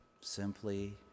simply